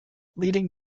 leading